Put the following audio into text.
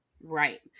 Right